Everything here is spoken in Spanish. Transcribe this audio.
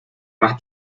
más